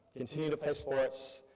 continue to play sports,